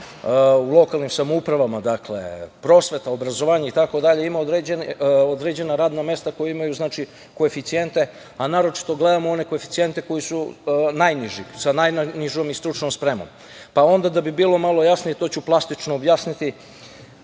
u lokalnim samoupravama, dakle, prosveta, obrazovanje itd. imaju određena radna mesta koje imaju koeficijent, a naročito gledamo one koje koeficijente koji su najniži sa najnižom i stručnom spremom, pa onda da bi bilo malo jasnije to ću plastično objasniti